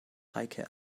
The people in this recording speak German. heike